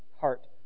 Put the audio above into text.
heart